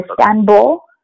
Istanbul